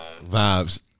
vibes